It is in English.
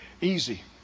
Easy